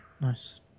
Nice